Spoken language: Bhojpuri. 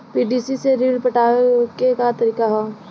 पी.डी.सी से ऋण पटावे के का तरीका ह?